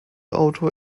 autor